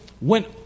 went